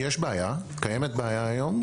קיימת בעיה היום.